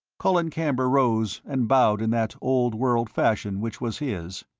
colin camber rose and bowed in that old-world fashion which was his.